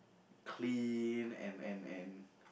clean and and and